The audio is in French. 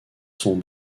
sont